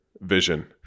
vision